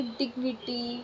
dignity